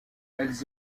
elles